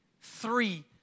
three